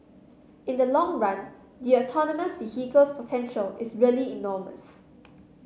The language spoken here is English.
in the long run the autonomous vehicles potential is really enormous